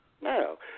No